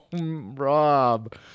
rob